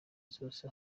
zose